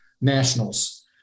nationals